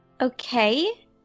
Okay